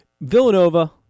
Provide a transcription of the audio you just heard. Villanova